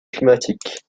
climatique